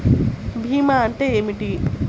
భీమా అంటే ఏమిటి?